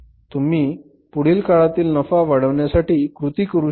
तुम्ही पुढील काळातील नफा वाढवण्यासाठी कृती करू शकता